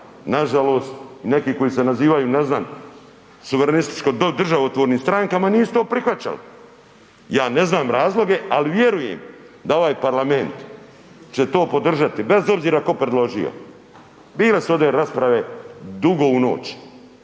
nažalost neki koji se nazivaju ne znam suverenističko do državotvornim strankama nisu to prihvaćali, ja ne znam razloge ali vjerujem da ovaj parlament će to podržati bez obzira ko predložio. Bile su ovdje rasprave dugo u noć,